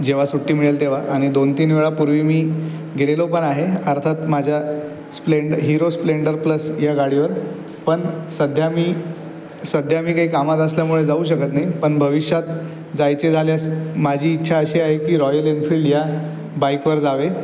जेव्हा सुट्टी मिळेल तेव्हा आणि दोन तीन वेळा पूर्वी मी गेलेलो पण आहे अर्थात माझ्या स्प्लेन्ड् हीरो स्प्लेन्डर प्लस या गाडीवर पण सध्या मी सध्या मी काही कामात असल्यामुळे जाऊ शकत नाही पण भविष्यात जायचे झाल्यास माझी इच्छा अशी आहे की रॉयल एन्फील्ड या बाईकवर जावे